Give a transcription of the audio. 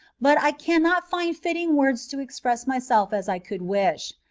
but i cannot find fitting words to express myself as i could wish.